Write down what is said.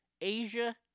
Asia